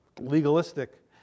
legalistic